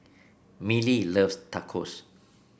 Millie loves Tacos